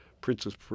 Princess